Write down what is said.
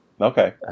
Okay